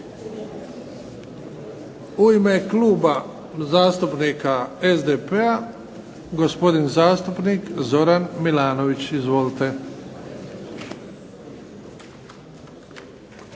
U ime Kluba zastupnika SDP-a gospodin zastupnik Zoran Milanović. Izvolite.